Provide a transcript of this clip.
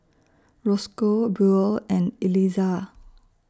Rosco Buell and Elizah